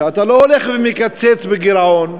על כן אתה הולך ומקצץ בגירעון.